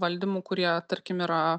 valdymu kurie tarkim yra